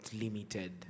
limited